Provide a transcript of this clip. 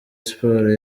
sports